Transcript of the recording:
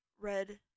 red